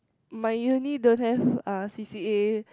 my uni don't have uh C_C_A